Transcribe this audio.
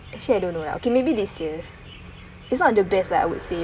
actually I don't know lah okay maybe this year is not the best like I would say